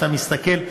כשאתה מסתכל,